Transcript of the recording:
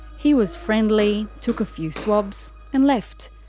he was friendly, took a few swabs and left.